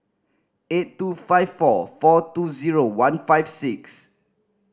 eight two five four four two zero one five six